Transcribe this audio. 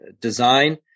design